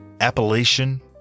Appalachian